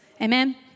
Amen